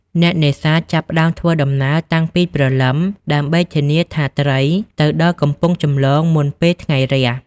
អ្នកនេសាទ ចាប់ផ្តើមធ្វើដំណើរតាំងពីព្រលឹម ដើម្បីធានាថាត្រីទៅដល់កំពង់ចម្លងមុនពេលថ្ងៃរះ។